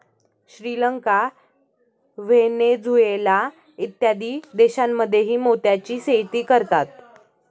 Sri Lanka, Venezuela इत्यादी देशांमध्येही मोत्याची शेती करतात